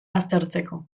aztertzeko